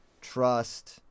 trust